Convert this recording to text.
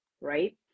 right